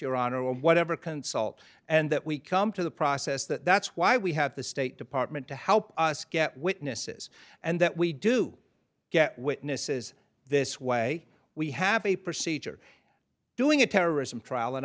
honor whatever consult and that we come to the process that that's why we have the state department to help us get witnesses and that we do get witnesses this way we have a procedure doing a terrorism trial and